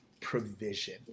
provision